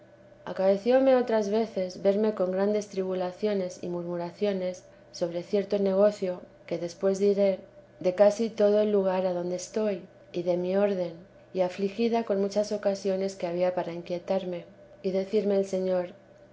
acaecióme otras veces verme con grandes tribulaciones y murmuraciones sobre cierto negocio que después diré de casi todo el lugar adonde estoy y de mi orden y afligida con muchas ocasiones que había para inquietarme y decirme el señor